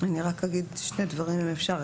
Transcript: אני רק אגיד שני דברים, אם אפשר.